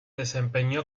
desempeñó